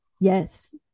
yes